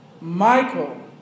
Michael